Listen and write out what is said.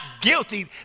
guilty